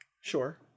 Sure